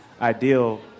ideal